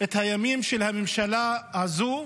את הימים של הממשלה הזו?